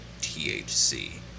THC